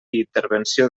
intervenció